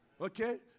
okay